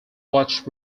watch